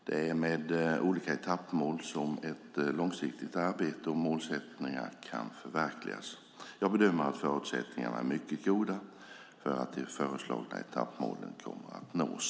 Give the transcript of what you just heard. Det är med olika etappmål som ett långsiktigt arbete och målsättningar kan förverkligas. Jag bedömer att förutsättningarna är mycket goda för att de förslagna etappmålen kommer att nås.